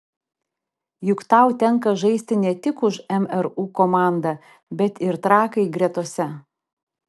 juk tau tenka žaisti ne tik už mru komandą bet ir trakai gretose